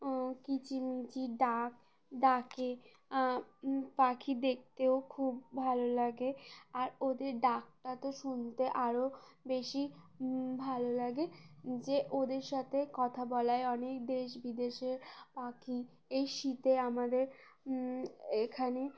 কিচিমিচি ডাক ডাকে পাখি দেখতেও খুব ভালো লাগে আর ওদের ডাকটা তো শুনতে আরও বেশি ভালো লাগে যে ওদের সাথে কথা বলায় অনেক দেশ বিদেশের পাখি এই শীতে আমাদের এখানে